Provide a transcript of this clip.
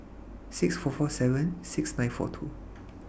six four four seven six nine four two